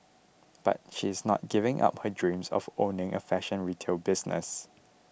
but she is not giving up her dreams of owning a fashion retail business